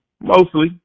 mostly